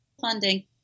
funding